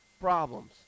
problems